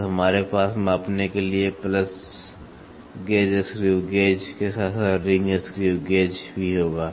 तो हमारे पास मापने के लिए प्लस गेज स्क्रू गेज के साथ साथ रिंग स्क्रू गेज भी होगा